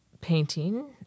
painting